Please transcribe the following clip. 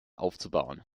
aufzubauen